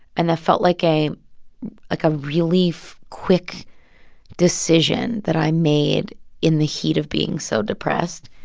and that felt like a like a relief, quick decision that i made in the heat of being so depressed.